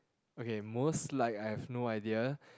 okay most liked I have no idea